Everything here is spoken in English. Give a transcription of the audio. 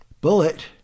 Bullet